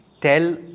Tell